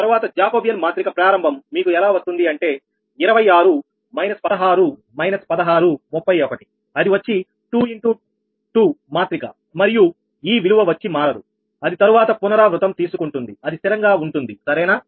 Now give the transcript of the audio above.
తర్వాత జాకోబియన్ మాత్రిక ప్రారంభం మీకు ఎలా వస్తుంది అంటే 26−16−16 31 అది వచ్చి 2 ఇన్ టూ 2 మాత్రిక మరియు ఈ విలువ వచ్చి మారదు అది తరువాత పునరావృతం తీసుకుంటుంది అది స్థిరంగా ఉంటుంది సరేనా